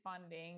funding